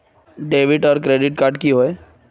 Debit आर credit card की होय?